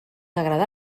agrada